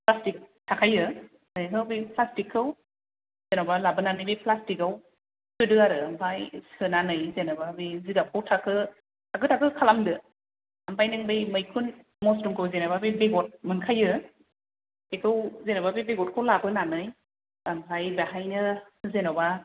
plastic थाखायो आमफ्राय बे फ्लासटिकखौ जेन'बा लाबोनानै बे फ्लासटिकआव सोदो आरो आमफाय सोनानै जेनबा बे जिगाबखौ थाखो थाखो थाखो खालामदो आमफाय नों बे मैखुन मसरुमखौ जेनबा बेगर मोनखायो बिखौ जेनबा बे बेगदखौ लाबोनानै आमफाय बाहायनो जेनबा